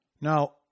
Now